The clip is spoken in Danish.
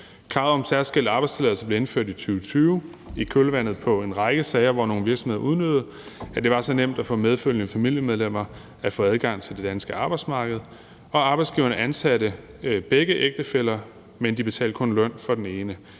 Kravet om særskilt arbejdstilladelse blev indført i 2020 i kølvandet på en række sager, hvor nogle virksomheder udnyttede, at det var så nemt for medfølgende familiemedlemmer at få adgang til det danske arbejdsmarked. Arbejdsgiverne ansatte begge ægtefæller, men de betalte kun løn for den ene.